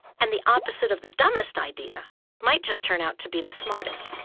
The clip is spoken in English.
and the opposite of the dumbest idea might just turn out to be the smartest.